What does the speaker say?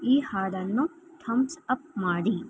ಈ ಹಾಡನ್ನು thumbs up ಮಾಡಿ